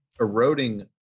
eroding